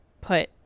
put